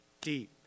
deep